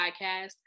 podcast